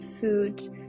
food